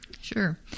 Sure